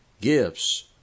Gifts